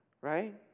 right